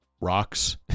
rocks